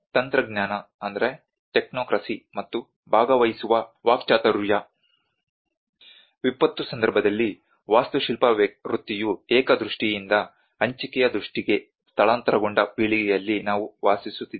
ತಂತ್ರಜ್ಞಾನ ಮತ್ತು ಭಾಗವಹಿಸುವ ವಾಕ್ಚಾತುರ್ಯ ವಿಪತ್ತು ಸಂದರ್ಭದಲ್ಲಿ ವಾಸ್ತುಶಿಲ್ಪ ವೃತ್ತಿಯು ಏಕ ದೃಷ್ಟಿಯಿಂದ ಹಂಚಿಕೆಯ ದೃಷ್ಟಿಗೆ ಸ್ಥಳಾಂತರಗೊಂಡ ಪೀಳಿಗೆಯಲ್ಲಿ ನಾವು ವಾಸಿಸುತ್ತಿದ್ದೇವೆ